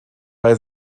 bei